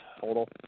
total